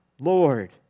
Lord